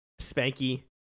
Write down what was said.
Spanky